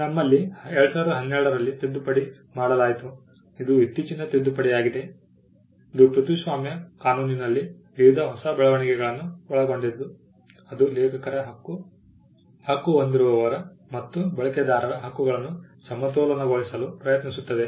ನಮ್ಮಲ್ಲಿ 2012 ರಲ್ಲಿ ತಿದ್ದುಪಡಿ ಮಾಡಲಾಯಿತು ಇದು ಇತ್ತೀಚಿನ ತಿದ್ದುಪಡಿಯಾಗಿದೆ ಇದು ಕೃತಿಸ್ವಾಮ್ಯ ಕಾನೂನಿನಲ್ಲಿ ವಿವಿಧ ಹೊಸ ಬೆಳವಣಿಗೆಗಳನ್ನು ಒಳಗೊಂಡಿದ್ದು ಅದು ಲೇಖಕರ ಹಕ್ಕು ಹಕ್ಕು ಹೊಂದಿರುವವರ ಮತ್ತು ಬಳಕೆದಾರರ ಹಕ್ಕುಗಳನ್ನು ಸಮತೋಲನಗೊಳಿಸಲು ಪ್ರಯತ್ನಿಸುತ್ತದೆ